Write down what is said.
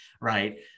right